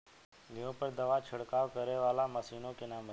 गेहूँ पर दवा छिड़काव करेवाला मशीनों के नाम बताई?